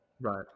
Right